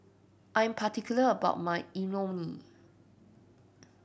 I'm particular about my Imoni